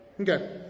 Okay